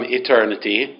eternity